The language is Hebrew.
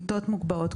מיטות מוגבהות,